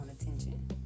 attention